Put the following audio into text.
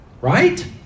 Right